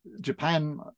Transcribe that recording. japan